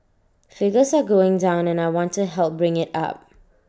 figures are going down and I want to help bring IT up